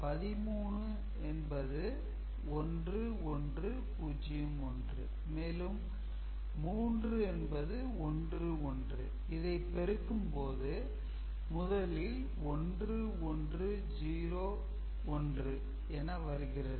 13 என்பது 1 1 0 1 மேலும் 3 என்பது 1 1 இதை பெருக்கும் போது முதலில் 1 1 0 1 என வருகிறது